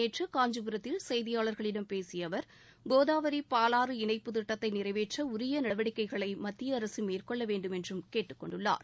நேற்று காஞ்சிபுரத்தில் செய்தியாளர்களிடம் பேசிய அவர் கோதாவரி பாலாறு இணைப்பு திட்டத்தை நிறைவேற்ற உரிய நடவடிக்கைகளை மத்திய அரசு மேற்கொள்ள வேண்டும் என்றும் கேட்டுக்கொண்டுள்ளார்